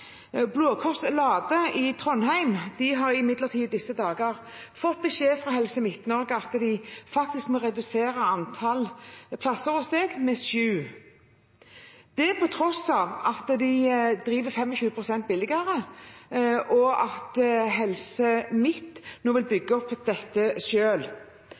Blå Kors Lade Behandlingssenter i Trondheim har imidlertid i disse dager fått beskjed fra Helse Midt-Norge om at de må redusere antall plasser hos seg med sju, på tross av at de driver 25 pst. billigere, og at Helse Midt-Norge nå vil bygge opp dette